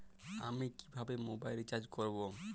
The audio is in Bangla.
আমি কিভাবে মোবাইল রিচার্জ করব?